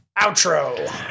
Outro